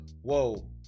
whoa